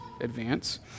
advance